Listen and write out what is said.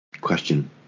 question